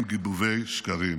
וכך אתם מערימים גיבובי שקרים.